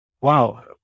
Wow